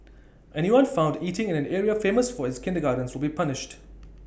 anyone found eating in an area famous for its kindergartens will be punished